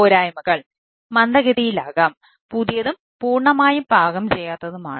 പോരായ്മകൾ മന്ദഗതിയിലാകാം പുതിയതും പൂർണ്ണമായും പാകം ചെയ്യാത്തതുമാണ്